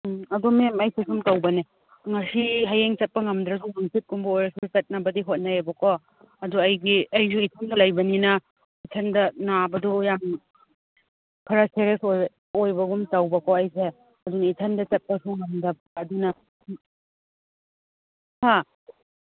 ꯎꯝ ꯑꯗꯣ ꯃꯦꯝ ꯑꯩꯁꯦ ꯁꯨꯝ ꯇꯧꯕꯅꯦ ꯉꯁꯤ ꯍꯌꯦꯡ ꯆꯠꯄ ꯉꯝꯗ꯭ꯔꯁꯨꯨꯨ ꯍꯪꯆꯤꯠꯀꯨꯝꯕ ꯑꯣꯏꯔꯁꯨ ꯆꯠꯅꯕꯗꯤ ꯍꯣꯠꯅꯩꯌꯦꯕꯀꯣ ꯑꯗꯨ ꯑꯩꯒꯤ ꯑꯩꯁꯨ ꯏꯊꯟꯇ ꯂꯩꯕꯅꯤꯅ ꯏꯊꯟꯗ ꯅꯥꯕꯗꯣ ꯌꯥꯝ ꯈꯔ ꯁꯦꯔꯁ ꯑꯣꯏ ꯑꯣꯏꯕꯒꯨꯝ ꯇꯧꯕ ꯑꯩꯁꯦ ꯑꯗꯨꯅ ꯏꯊꯟꯇ ꯆꯠꯄ ꯉꯝꯗꯕ ꯑꯗꯨꯅ ꯑꯩꯁꯦ ꯑꯗꯨꯅ ꯍꯥ